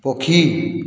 ପକ୍ଷୀ